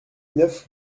neuf